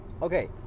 Okay